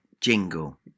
jingle